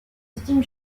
steam